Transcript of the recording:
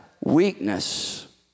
weakness